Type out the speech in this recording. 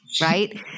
right